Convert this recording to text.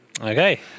Okay